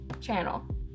channel